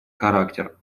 характер